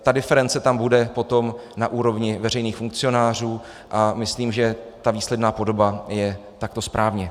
Ta diference tam bude potom na úrovni veřejných funkcionářů a myslím, že ta výsledná podoba je takto správně.